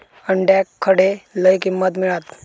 अंड्याक खडे लय किंमत मिळात?